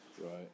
right